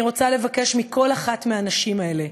אני רוצה לבקש מכל הנשים האלה